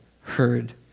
heard